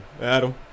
Adam